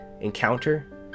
encounter